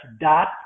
dot